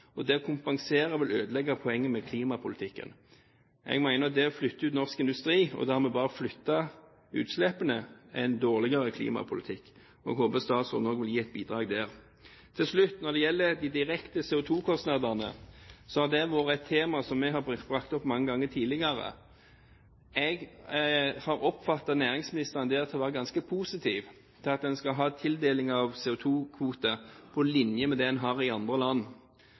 og det å kompensere vil ødelegge poenget med klimapolitikken. Jeg mener det å flytte ut norsk industri, og dermed bare flytte utslippene, er en dårligere klimapolitikk. Jeg håper statsråden også vil gi et bidrag der. Til slutt: Når det gjelder de direkte CO2-kostnadene, er det et tema som jeg har brakt opp mange ganger tidligere. Jeg har oppfattet næringsministeren til å være ganske positiv til at man skal ha tildeling av CO2-kvoter på linje med det man har i andre land.